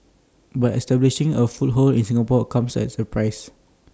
but establishing A foothold in Singapore comes at A price